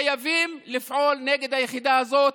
חייבים לפעול נגד היחידה הזאת.